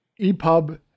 EPUB